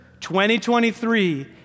2023